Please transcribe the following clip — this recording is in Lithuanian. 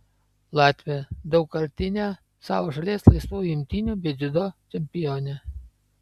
latvė daugkartine savo šalies laisvųjų imtynių bei dziudo čempionė